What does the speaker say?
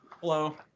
Hello